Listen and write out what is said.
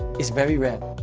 it's very rare!